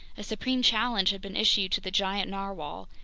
a supreme challenge had been issued to the giant narwhale,